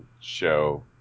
show